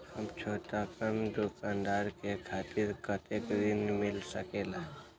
हम छोटकन दुकानदार के खातीर कतेक ऋण मिल सकेला?